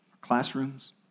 classrooms